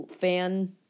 fan